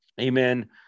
amen